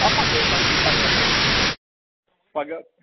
آ پگاہ ہَے بَنہِ پگاہ بَنہِ پگاہ